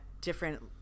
different